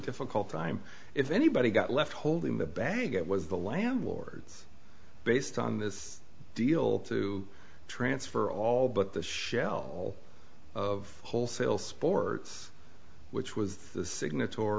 difficult time if anybody got left holding the bag it was the landlords based on this deal to transfer all but the shell of wholesale spores which was the signatory